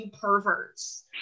perverts